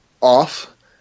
off